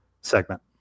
segment